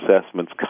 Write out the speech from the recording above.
assessments